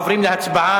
עוברים להצבעה.